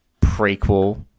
prequel